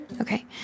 Okay